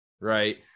right